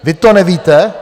Vy to nevíte?